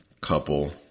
couple